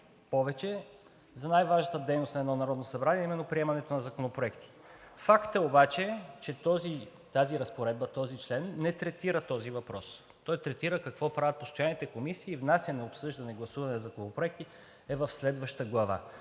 повече за най-важната дейност на едно Народно събрание, а именно приемането на законопроекти. Факт е обаче, че тази разпоредба, този член не третира този въпрос. Той третира какво правят постоянните комисии. Внасяне, обсъждане и гласуване на законопроекти е в следваща глава.